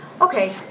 okay